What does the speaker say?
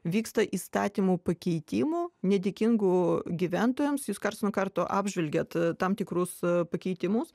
vyksta įstatymų pakeitimų nedėkingų gyventojams jūs karts nuo karto apžvelgiat tam tikrus pakeitimus